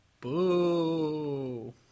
Boo